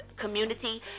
community